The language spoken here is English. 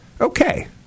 Okay